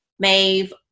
Maeve